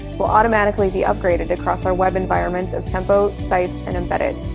will automatically be upgraded across our web environments of tempo, sites, and embedded.